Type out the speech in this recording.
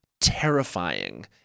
terrifying